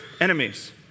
enemies